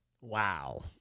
Wow